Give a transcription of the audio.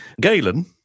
Galen